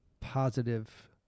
positive